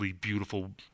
beautiful